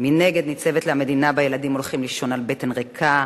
מנגד ניצבת לה מדינה שבה ילדים הולכים לישון על בטן ריקה,